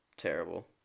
terrible